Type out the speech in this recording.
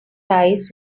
thighs